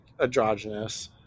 androgynous